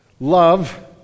love